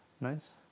Nice